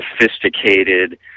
sophisticated